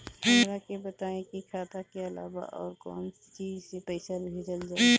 हमरा के बताई की खाता के अलावा और कौन चीज से पइसा भेजल जाई?